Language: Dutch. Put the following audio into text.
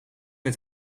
met